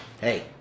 hey